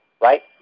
Right